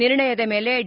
ನಿರ್ಣಯದ ಮೇಲೆ ಡಿ